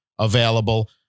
available